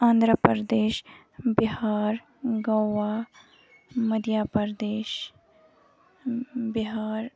Andhra Pradesh Bihar Goa Madhya Pradesh Bihar